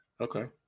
Okay